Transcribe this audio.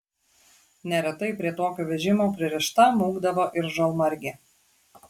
neretai prie tokio vežimo pririšta mūkdavo ir žalmargė